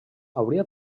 hauria